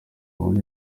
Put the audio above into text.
muri